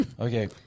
Okay